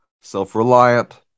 self-reliant